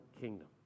kingdom